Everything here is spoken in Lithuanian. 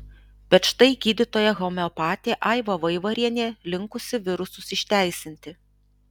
bet štai gydytoja homeopatė aiva vaivarienė linkusi virusus išteisinti